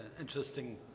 interesting